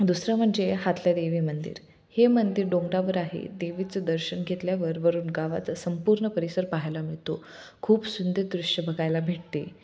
दुसरं म्हणजे हातल्या देवी मंदिर हे मंदिर डोंगराावर आहे देवीचं दर्शन घेतल्यावर वरून गावाचा संपूर्ण परिसर पाहायला मिळतो खूप सुंदर दृश्य बघायला भेटते